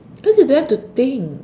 cause you don't have to think